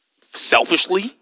Selfishly